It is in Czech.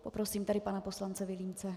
Poprosím tedy pana poslance Vilímce.